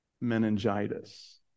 meningitis